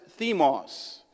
themos